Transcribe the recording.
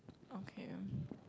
okay